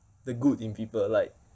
the good in people like